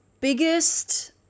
biggest